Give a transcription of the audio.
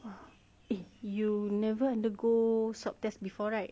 !wah! eh you never undergo swab test before right